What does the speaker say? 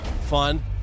fun